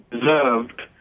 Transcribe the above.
deserved